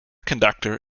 conductor